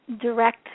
direct